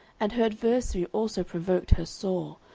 and her adversary also provoked her sore,